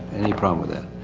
any problem with that.